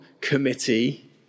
committee